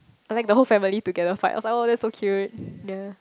I like the whole family together fight oh that's so cute yea